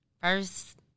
First